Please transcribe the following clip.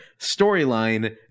storyline